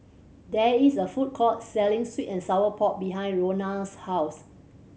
there is a food court selling sweet and sour pork behind Lonna's house